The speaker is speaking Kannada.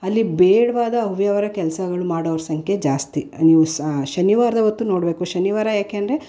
ಅಲ್ಲಿ ಬೇಡವಾದ ಅವ್ಯವಹಾರ ಕೆಲ್ಸಗಳು ಮಾಡೋವ್ರ ಸಂಖ್ಯೆ ಜಾಸ್ತಿ ನೀವು ಸಾ ಶನಿವಾರದ ಹೊತ್ತು ನೋಡಬೇಕು ಶನಿವಾರ ಯಾಕೆಂದರೆ